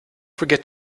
forget